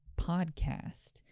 podcast